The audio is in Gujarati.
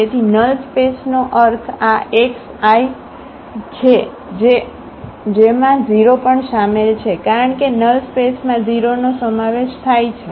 તેથી નલ સ્પેસનો અર્થ આ x I છે અને જેમાં 0 પણ શામેલ છે કારણ કે નલ સ્પેસમાં 0 નો સમાવેશ થાય છે